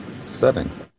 setting